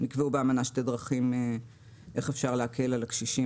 נקבעו באמנה שתי דרכים איך אפשר להקל על הקשישים